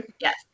Yes